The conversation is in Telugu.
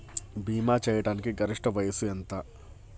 భీమా చేయాటానికి గరిష్ట వయస్సు ఎంత?